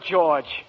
George